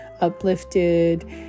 uplifted